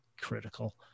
critical